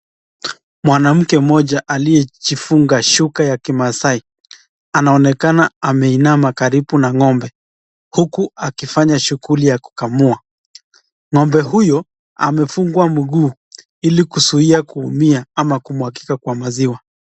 Mwanamke moja aliyefunga shuka ya kimaasai anaonekana ameinama karibu na ngombe huku akifanya shughuli ya kukamua. Ngombe huyo amefungwa mguu ili kuzuia kuumia ama kumwagika kwa maziwa.